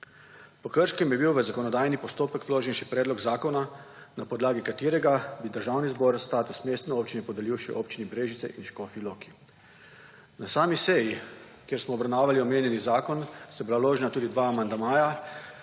Po Krškem je bil v zakonodajni postopek vložen še predlog zakona, na podlagi katerega bi Državni zbor status mestne občine podelil še Občini Brežice in Škofji loki. Na sami seji, kjer smo obravnavali omenjeni zakon, sta bila vložena tudi dva amandmaja,